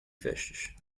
vestes